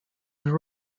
drew